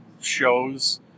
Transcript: shows